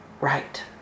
right